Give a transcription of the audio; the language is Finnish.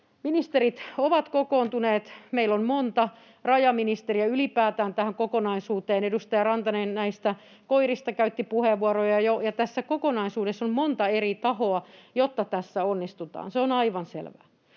Ministerit ovat kokoontuneet, meillä on monta rajaministeriä ylipäätään tähän kokonaisuuteen. Edustaja Rantanen näistä koirista käytti jo puheenvuoroja, ja tässä kokonaisuudessa on monta eri tahoa, jotta tässä onnistutaan. Se on aivan selvää.